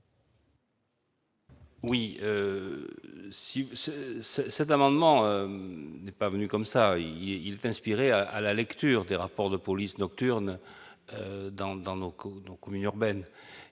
Oui, si cet amendement n'est pas venu comme ça, il s'inspirer à la lecture des rapports de police nocturne dans dans nos colonnes aux